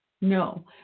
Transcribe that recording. No